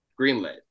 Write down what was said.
greenlit